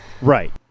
Right